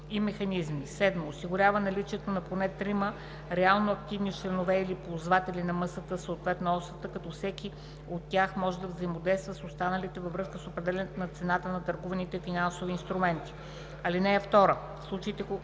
и механизми; 7. осигурява наличието на поне трима реално активни членове или ползватели на МСТ, съответно на OCT, като всеки от тях може да взаимодейства с останалите във връзка с определянето на цената на търгуваните финансови инструменти. (3) В